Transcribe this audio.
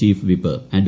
chief whip adv